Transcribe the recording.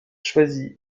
choisi